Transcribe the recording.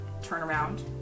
turnaround